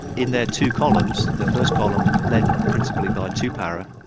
in their two columns, the first column led principally by two para,